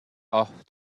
off